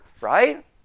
right